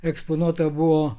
eksponuota buvo